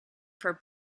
for